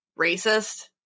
racist